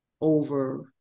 over